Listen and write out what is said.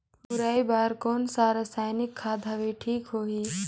मुरई बार कोन सा रसायनिक खाद हवे ठीक होही?